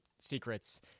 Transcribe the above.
Secrets